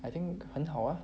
I think 很好 ah